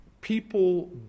people